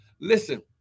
listen